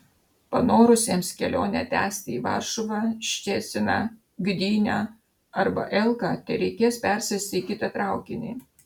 panorusiems kelionę tęsti į varšuvą ščeciną gdynę arba elką tereikės persėsti į kitą traukinį